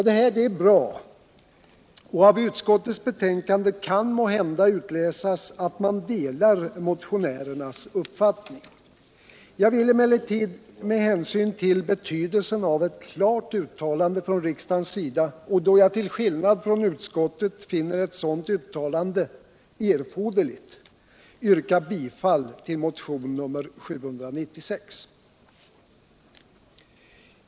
Det är bra, och av utskottets betänkande kan måhända utläsas att utskottet delar motionärernas uppfattning. Jag vill emellertid, med hänsyn ull betydelsen av ett klart uttalande från riksdagens sida och då jag till skillnad från utskottet finner ett sådant uttalande erforderkigt, yrka bifall till motionen 796.